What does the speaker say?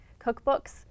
cookbooks